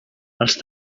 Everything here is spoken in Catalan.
els